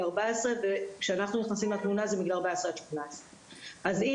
14 וכשאנחנו נכנסים לתמונה זה מגיל 14 עד 18. אז אם